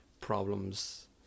problems